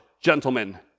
gentlemen